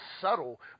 subtle